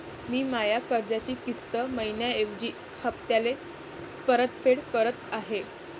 मी माया कर्जाची किस्त मइन्याऐवजी हप्त्याले परतफेड करत आहे